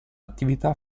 attività